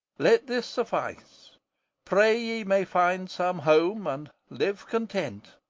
let this suffice pray ye may find some home and live content,